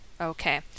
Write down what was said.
Okay